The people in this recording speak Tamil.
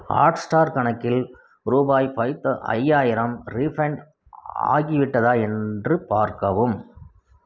ஹாட்ஸ்டார் கணக்கில் ரூபாய் ஃபைத்து ஐயாயிரம் ரீஃபண்ட் ஆகிவிட்டதா என்று பார்க்கவும்